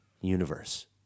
universe